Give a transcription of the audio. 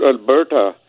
Alberta